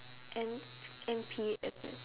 N N P as in